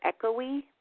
echoey